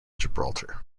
gibraltar